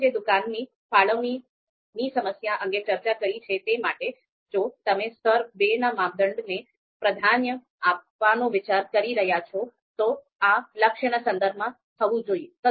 અમે જે દુકાનની ફાળવણીની સમસ્યા અંગે ચર્ચા કરી છે તે માટે જો તમે સ્તર 2 ના માપદંડને પ્રાધાન્ય આપવાનો વિચાર કરી રહ્યા છો તો આ લક્ષ્યના સંદર્ભમાં થવું જોઈએ